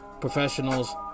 Professionals